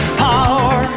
power